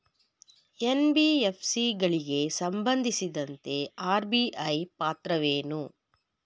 NBFC ಗಳಿಗೆ ಸಂಬಂಧಿಸಿದಂತೆ RBI ಪಾತ್ರವೇನು?